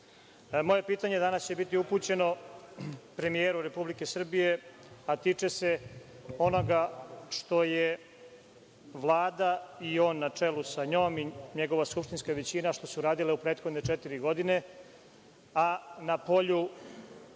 pitanje danas će biti upućeno premijeru Republike Srbije, a tiče se onoga što je Vlada i on na čelu sa njom i njegova skupštinska većina, što radile u prethodne četiri godine, a na polju